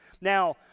Now